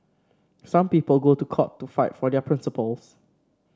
some people go to court to fight for their principles